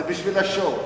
זה בשביל ה-show.